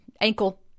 ankle